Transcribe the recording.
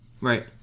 Right